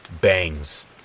bangs